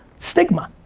stigma,